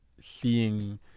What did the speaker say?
seeing